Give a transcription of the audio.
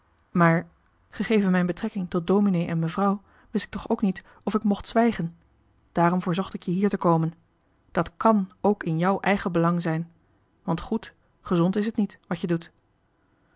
maar gegeven mijn verhouding tot dominee en mevrouw wist ik toch ook niet of ik mocht zwijgen daarom verzocht ik je hier te komen dat kàn ook in jou eigen belang zijn want goed gezond is het niet wat je doet